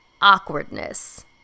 awkwardness